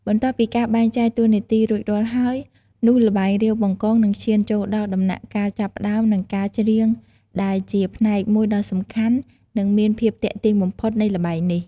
បន្ទាប់ពីការបែងចែកតួនាទីរួចរាល់ហើយ នោះល្បែង រាវបង្កង នឹងឈានចូលដល់ដំណាក់កាល ចាប់ផ្តើម និងការច្រៀង ដែលជាផ្នែកមួយដ៏សំខាន់ និងមានភាពទាក់ទាញបំផុតនៃល្បែងនេះ។